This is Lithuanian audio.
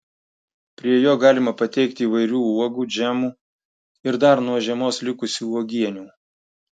prie jo galima pateikti įvairių uogų džemų ar dar nuo žiemos likusių uogienių